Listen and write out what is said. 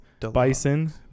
bison